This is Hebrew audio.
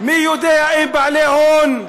מי יודע אם בעלי הון,